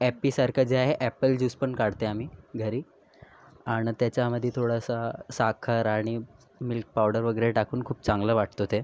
ॲपीसारखं जे आहे apple juice पण काढते आम्ही घरी आण त्याच्यामध्ये थोडंसा साखर आणि मिल्क पावडर वगैरे टाकून खूप चांगलं वाटतं ते